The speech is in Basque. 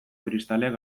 kristalek